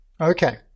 okay